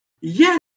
Yes